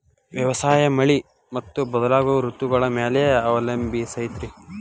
ವ್ಯವಸಾಯ ಮಳಿ ಮತ್ತು ಬದಲಾಗೋ ಋತುಗಳ ಮ್ಯಾಲೆ ಅವಲಂಬಿಸೈತ್ರಿ